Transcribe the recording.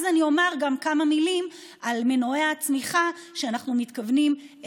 אז אני אומר גם כמה מילים על מנועי הצמיחה שאנחנו מתכוונים,